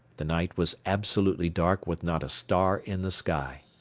the night was absolutely dark with not a star in the sky.